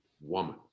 woman